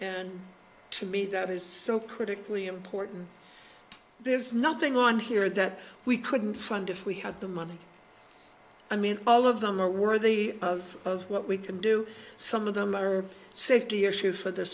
and to me that is so critically important there's nothing on here that we couldn't fund if we had the money i mean all of them are worthy of of what we can do some of them are safety issue for the